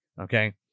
okay